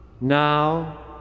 Now